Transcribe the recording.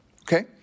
Okay